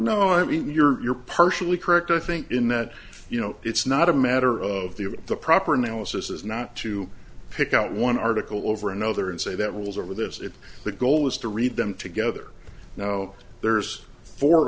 mean you're partially correct i think in that you know it's not a matter of the of the proper analysis is not to pick out one article over another and say that rules over this if the goal is to read them together now there's four